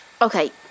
Okay